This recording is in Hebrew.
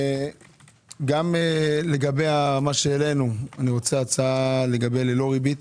גם לגבי מה שהעלינו אני מבקש הצעה לגבי ללא ריבית.